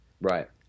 right